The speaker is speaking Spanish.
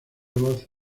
voz